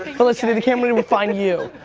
felicity the camera will find you.